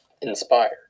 inspired